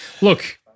Look